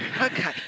Okay